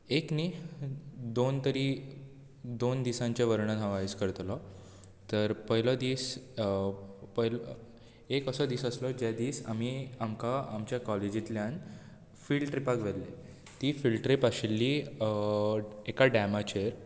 एक न्ही दोन तरी दोन दिसांचें वर्णन आयज हांव करतलो तर पयलो दीस पय एक दीस असो दीस आसलो जे दीस आमी आमकां आमच्या काॅलेजींतल्यान फिल्ड ट्रिपाक व्हेल्लें ती फिल्ड ट्रीप आशिल्ली एका डेमाचेर